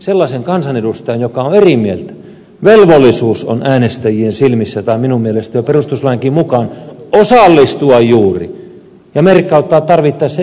sellaisen kansanedustajan joka on eri mieltä velvollisuus on äänestäjien silmissä tai minun mielestäni jo perustuslainkin mukaan juuri osallistua ja merkkauttaa tarvittaessa eriävä mielipide